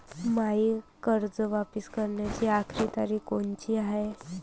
मायी कर्ज वापिस कराची आखरी तारीख कोनची हाय?